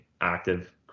active